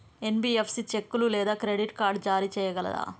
NBFC చెక్కులు లేదా credit card జారీ చేయగలదా?